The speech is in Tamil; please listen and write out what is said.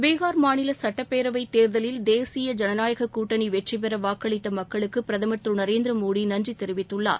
பீகார் மாநில சட்டப்பேரவைத் தேர்தலில் தேசிய ஜனநாயகக் கூட்டணி வெற்றிபெற வாக்களித்த மக்களுக்கு பிரதமர் திரு நரேந்திரமோடி நன்றி தெரிவித்துள்ளார்